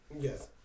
Yes